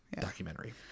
documentary